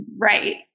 right